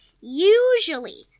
usually